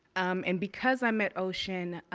um and because i met ocean,